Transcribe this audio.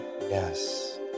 Yes